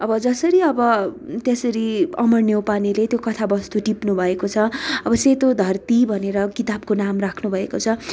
अब जसरी अब त्यसरी अमर न्यौपानेले त्यो कथावस्तु टिप्नुभएको छ अब सेतो धरती भनेर किताबको नाम राख्नुभएको छ